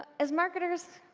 as marketers,